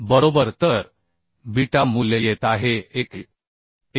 बरोबर तर बीटा मूल्य येत आहे 1